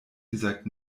gesagt